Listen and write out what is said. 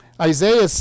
Isaiah